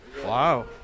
Wow